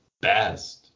best